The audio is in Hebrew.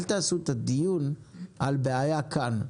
אל תעשו את הדיון על בעיה כאן.